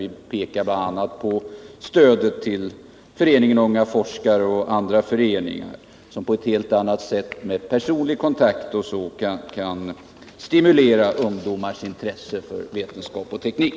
Vi rekommenderar bl.a. stöd till Unga forskare och andra föreningar, som på ett helt annat sätt med personlig kontakt kan stimulera ungdomars intresse för vetenskap och teknik.